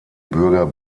bürger